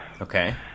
Okay